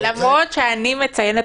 למרות שאני מציינת